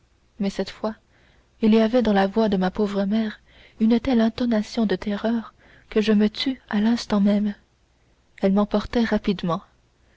mais cette fois il y avait dans la voix de ma pauvre mère une telle intonation de terreur que je me tus à l'instant même elle m'emportait rapidement